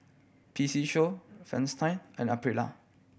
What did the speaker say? P C Show Fristine and Aprilia